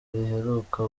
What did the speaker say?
riheruka